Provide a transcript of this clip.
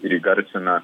ir įgarsina